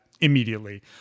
immediately